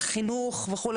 חינוך וכו',